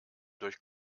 durch